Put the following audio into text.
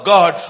God